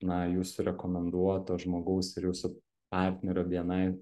na jūsų rekomenduoto žmogaus ir jūsų partnerio bni